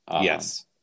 Yes